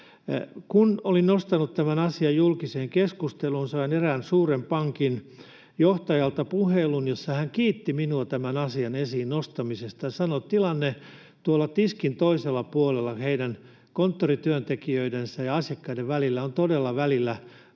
Kun olin nostanut tämän asian julkiseen keskusteluun, sain erään suuren pankin johtajalta puhelun, jossa hän kiitti minua tämän asian esiin nostamisesta ja sanoi, että tilanne tuolla tiskin toisella puolella heidän konttorityöntekijöidensä ja asiakkaidensa välillä on välillä todella